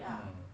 mm